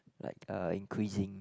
like uh increasing